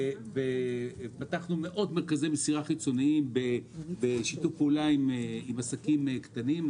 פתחנו מאות מרכזי מסירה חיצוניים בשיתוף פעולה עם עסקים קטנים.